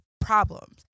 problems